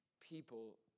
people